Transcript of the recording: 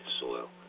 soil